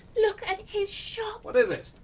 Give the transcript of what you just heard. look at his shop! what is it?